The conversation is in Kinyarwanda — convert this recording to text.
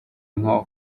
nko